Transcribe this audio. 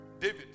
David